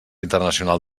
internacional